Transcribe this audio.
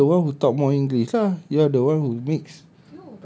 then I'm the one who talk more english lah you're the one who mix